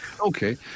Okay